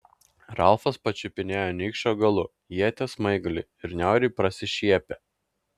ralfas pačiupinėjo nykščio galu ieties smaigalį ir niauriai prasišiepė